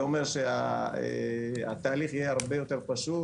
זה אומר שהתהליך יהיה הרבה יותר פשוט.